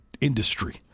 industry